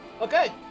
Okay